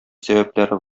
сәбәпләре